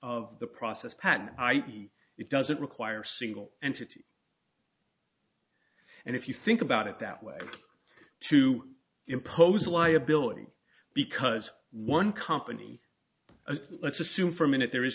of the process patent it doesn't require single entity and if you think about it that way to impose a liability because one company let's assume for a minute there is